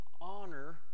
honor